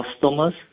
customers